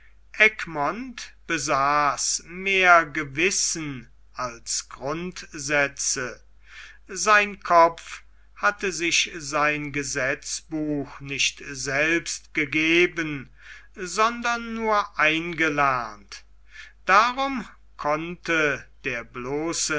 egmont besaß mehr gewissen als grundsätze sein kopf hatte sich sein gesetzbuch nicht selbst gegeben sondern nur eingelernt darum konnte der bloße